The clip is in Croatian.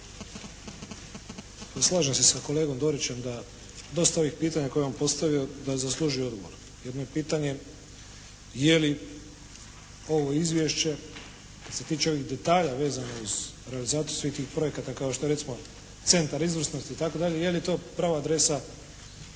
Slažem se sa kolegom Dorićem da dosta ovih pitanja koje je on postavio da zaslužuje odgovor. Jedno je pitanje je li ovo izvješće kad se tiče ovih detalja vezano uz realizaciju svih tih projekata kao što je recimo Centar izvrnosti itd. je li to prava adresa